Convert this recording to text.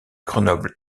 grenoble